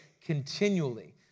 continually